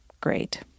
great